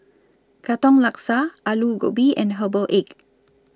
Katong Laksa Aloo Gobi and Herbal Egg